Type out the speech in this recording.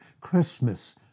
Christmas